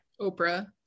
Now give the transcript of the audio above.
Oprah